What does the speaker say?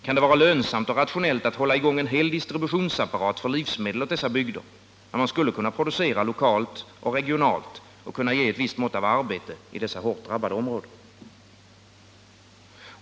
Kan det vara lönsamt och rationellt att hålla i gång en hel distributionsapparat för livsmedel åt dessa bygder, när man skulle kunna producera lokalt och regionalt och kunna ge ett visst mått av arbete i dessa hårt drabbade områden?